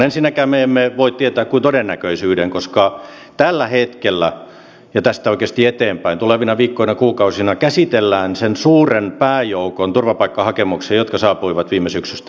ensinnäkään me emme voi tietää kuin todennäköisyyden koska tällä hetkellä ja tästä oikeasti eteenpäin tulevina viikkoina kuukausina käsitellään sen suuren pääjoukon turvapaikkahakemuksia joka on saapunut viime syksystä lähtien suomeen